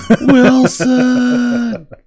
Wilson